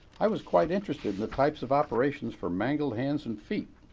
i was quite interested in the types of operations for mangled hands and feet.